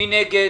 מי נגד?